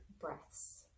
breaths